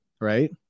right